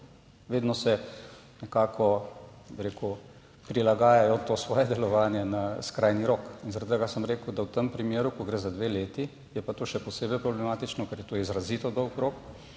Vedno nekako prilagajajo to svoje delovanje na skrajni rok. Zaradi tega sem rekel, da v tem primeru, ko gre za dve leti, je pa to še posebej problematično, ker je to izrazito dolg rok,